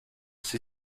sie